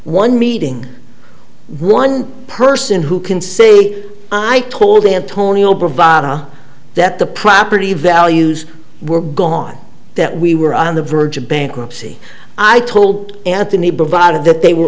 one meeting one person who can say i told antonio bravado that the property values were gone that we were on the verge of bankruptcy i told anthony provided that they were